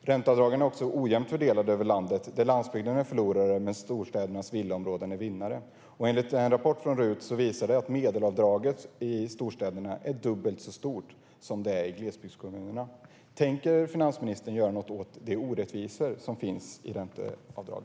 Ränteavdragen är dessutom ojämnt fördelade över landet, där landsbygden är förlorare och storstädernas villaområden är vinnare. En rapport från RUT visar att medelavdraget i storstäderna är dubbelt så stort som i glesbygdskommunerna. Tänker finansministern göra något åt de orättvisor som finns i detta avdrag?